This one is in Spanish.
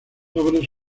obras